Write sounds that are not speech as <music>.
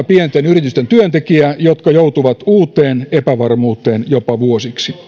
<unintelligible> pienten yritysten työntekijää jotka joutuvat uuteen epävarmuuteen jopa vuosiksi